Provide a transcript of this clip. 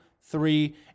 three